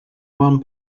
one